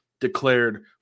declared